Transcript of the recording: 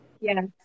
Yes